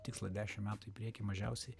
tikslą dešim metų į priekį mažiausiai